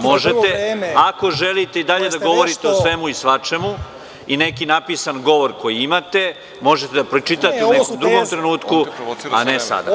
možete, ako želite i dalje da govorite o svemu i svačemu i neki napisan govor koji imate možete da pročitate u nekom drugom trenutku, a ne sada.